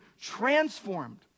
transformed